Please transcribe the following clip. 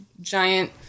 giant